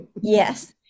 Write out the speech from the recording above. Yes